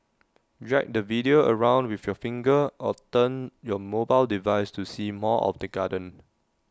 drag the video around with your finger or turn your mobile device to see more of the garden